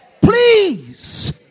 Please